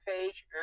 page